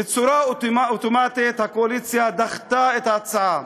ובצורה אוטומטית הקואליציה דחתה את ההצעה.